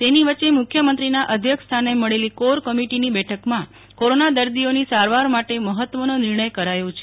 તેની વચ્ચે મુખ્યમંત્રીના અધ્યક્ષ સ્થાને મળેલી કોર કમિટીની બેઠકમાં કોરોના દર્દીઓની સારવાર માટે મફત્વનો નિર્ણય કરાયો છે